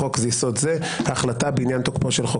בחוק יסוד זה ההחלטה בעניין כלומר